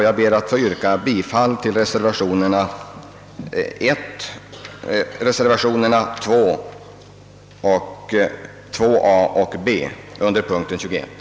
Jag ber att få yrka bifall till reservationerna 2 a och b vid punkten 21.